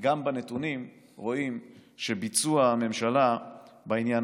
גם בנתונים רואים שביצוע הממשלה בעניין